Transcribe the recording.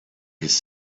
his